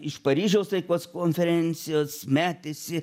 iš paryžiaus taikos konferencijos metėsi